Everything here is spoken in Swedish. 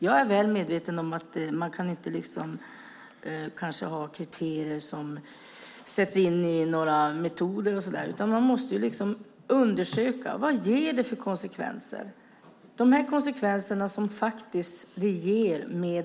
Jag är väl medveten om att man kanske inte kan ha kriterier som sätts in i några modeller och sådant, utan man måste undersöka vilka konsekvenser det ger.